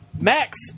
Max